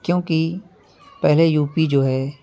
کیونکہ پہلے U P جو ہے